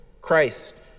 Christ